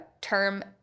term